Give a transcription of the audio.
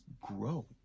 grow